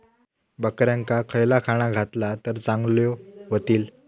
बकऱ्यांका खयला खाणा घातला तर चांगल्यो व्हतील?